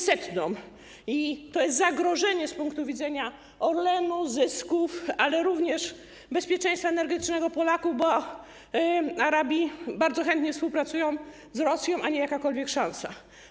To jest zagrożenie z punktu widzenia Orlenu, zysków, ale również bezpieczeństwa energetycznego Polaków, bo Arabi bardzo chętnie współpracują z Rosją, a nie jakakolwiek szansa.